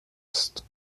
ist